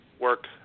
work